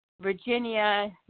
Virginia